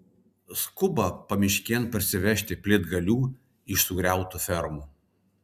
skuba pamiškėn parsivežti plytgalių iš sugriautų fermų